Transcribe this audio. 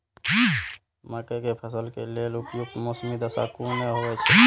मके के फसल के लेल उपयुक्त मौसमी दशा कुन होए छै?